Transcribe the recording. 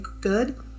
good